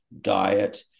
diet